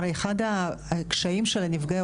הרי אחד הקשיים של הנפגעות,